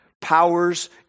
powers